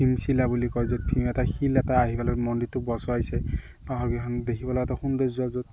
ভীম শিলা বুলি কয় য'ত শিল এটা শিল এটা আহি পেলাই মন্দিৰটোক বচাইছে পাহাৰকেইখন দেখিবলৈ এটা সৌন্দৰ্য য'ত